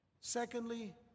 Secondly